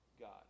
God